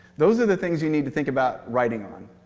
those are the things you need to think about writing on,